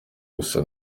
gusa